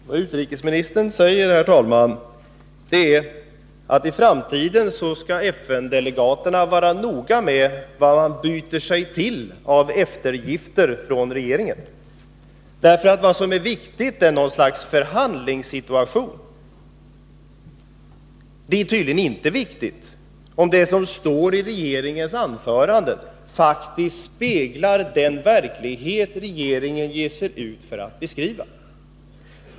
Herr talman! Vad utrikesministern säger, herr talman, innebär att FN-delegaterna i framtiden bör vara noga med vad de byter till sig när det gäller eftergifter från regeringens sida. Vad som är viktigt är tydligen förhandlingssituationen. Däremot tycks det inte vara viktigt om det som står i regeringens anföranden faktiskt speglar den verklighet som regeringen ger sig ut för att beskriva.